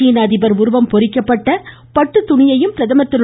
சீன அதிபர் உருவம் பொறிக்கப்பட்ட பட்டுத்துணியையும் பிரதமர் திரு